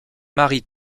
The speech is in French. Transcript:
marie